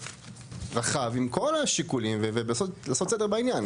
רחב עם כל השיקולים ולעשות סדר בעניין,